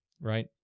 Right